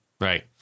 right